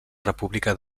república